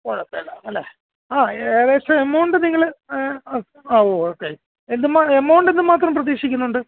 കുഴപ്പമില്ല അല്ലേ ആ ഏകദേശം എമൗണ്ട് നിങ്ങൾ ആവോ ഓക്കെ എന്തെ എമൗണ്ട് എന്തുമാത്രം പ്രതീക്ഷിക്കുന്നുണ്ട്